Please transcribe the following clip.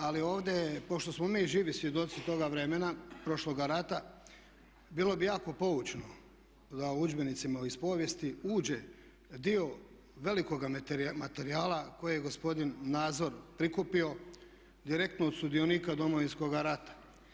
Ali ovdje je, pošto smo mi živi svjedoci toga vremena, prošloga rata, bilo bi jako poučno da u udžbenicima iz povijesti uđe dio velikoga materijala kojeg je gospodin Nazor prikupio direktno od sudionika Domovinskog rata.